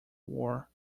war